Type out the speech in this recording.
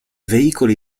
veicoli